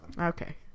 Okay